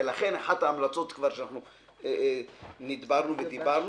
ולכן אחת ההמלצות שאנחנו דיברנו עליה,